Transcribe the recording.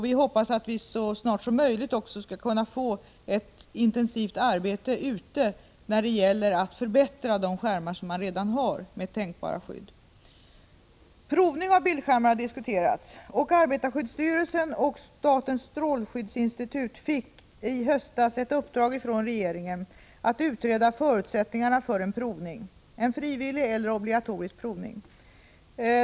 Vi hoppas att vi så snart som möjligt skall kunna komma i gång med ett intensivt arbete för att förbättra de skärmar som man redan har. Provningen av bildskärmar har diskuterats. Arbetarskyddsstyrelsen och statens strålskyddsinstitut fick i höstas ett uppdrag från regeringen att utreda förutsättningarna för en provning — frivillig eller obligatorisk.